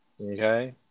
Okay